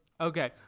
Okay